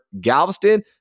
Galveston